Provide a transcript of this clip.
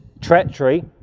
treachery